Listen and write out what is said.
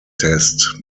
test